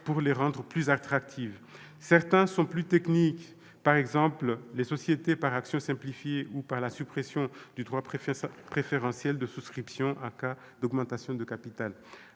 pour rendre celles-ci plus attractives. Certaines sont plus techniques : par exemple, pour les sociétés par actions simplifiées ou pour la suppression du droit préférentiel de souscription en cas d'augmentation de capital.